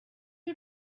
you